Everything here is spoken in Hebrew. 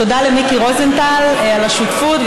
תודה למיקי רוזנטל על השותפות,